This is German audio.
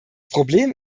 problem